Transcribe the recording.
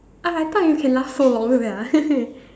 uh I thought you can last so long sia